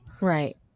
Right